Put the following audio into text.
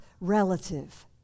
relative